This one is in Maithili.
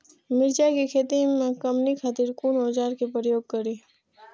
मिरचाई के खेती में कमनी खातिर कुन औजार के प्रयोग करी?